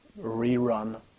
rerun